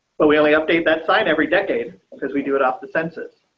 but we only update that site every decade, because we do it off the census.